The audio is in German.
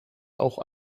auch